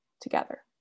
together